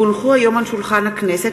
כי הונחו היום על שולחן הכנסת,